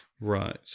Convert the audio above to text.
Right